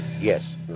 Yes